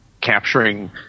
Capturing